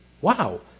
Wow